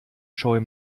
scheu